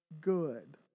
good